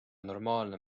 normaalne